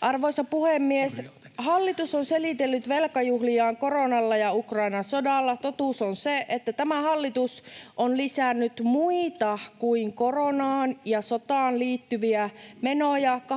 Arvoisa puhemies! Hallitus on selitellyt velkajuhliaan koronalla ja Ukrainan sodalla. Totuus on se, että tämä hallitus on lisännyt muita kuin koronaan ja sotaan liittyviä menoja 8,1